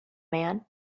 man